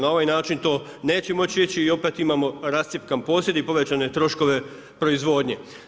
Na ovaj način to neće moći ići i opet imamo rascjepkan posjede i povećane troškove proizvodnje.